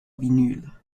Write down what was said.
vinyl